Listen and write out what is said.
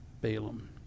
Balaam